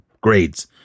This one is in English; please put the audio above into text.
grades